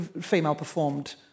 ..female-performed